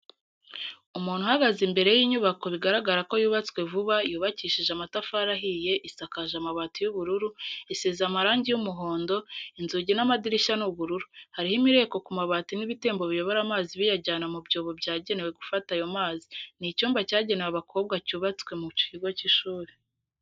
Umuntu uhagaze imbere y'inyubako bigaragara ko yubatswe vuba, yubakishije amatafari ahiye, isakaje amabati y'ubururu, isize amarangi y'umuhondo, inzugi n'amadirishya ni ubururu, hariho imireko ku mabati n'ibitembo biyobora amazi biyajyana mu byobo byagenewe gufata ayo mazi, ni icyumba cyagenewe abakobwa cyubatswe mu kigo cy'ishuri.